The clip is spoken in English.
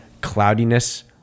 cloudiness